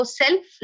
self